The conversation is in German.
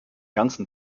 ganzen